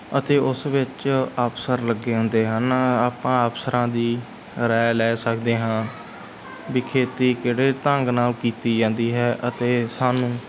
ਅਤੇ ਉਸ ਵਿੱਚ ਅਫਸਰ ਲੱਗੇ ਹੁੰਦੇ ਹਨ ਆਪਾਂ ਅਫਸਰਾਂ ਦੀ ਰਾਏ ਲੈ ਸਕਦੇ ਹਾਂ ਵੀ ਖੇਤੀ ਕਿਹੜੇ ਢੰਗ ਨਾਲ ਕੀਤੀ ਜਾਂਦੀ ਹੈ ਅਤੇ ਸਾਨੂੰ